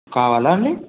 కావాలా అండీ